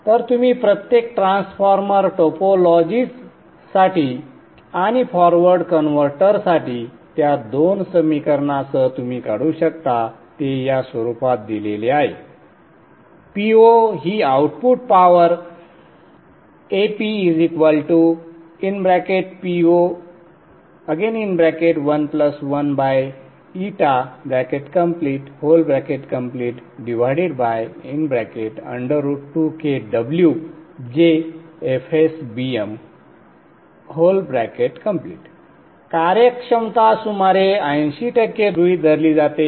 तर तुम्ही प्रत्येक ट्रान्सफॉर्मर टोपोलॉजीजसाठी आणि फॉरवर्ड कन्व्हर्टरसाठी त्या दोन समीकरणांसह तुम्ही काढू शकता ते या स्वरूपात दिलेले आहे Po ही आउटपुट पॉवर ApPo11η2KwJfsBmकार्यक्षमता सुमारे ऐंशी टक्के गृहीत धरली जाते